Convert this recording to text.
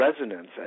resonance